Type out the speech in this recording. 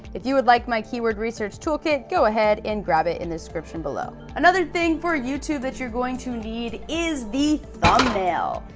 if you would like my keyword research toolkit, go ahead and grab it in the description below. another thing for youtube that you're going to need is the thumbnail.